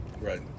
right